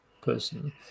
person